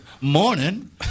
Morning